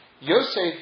Yosef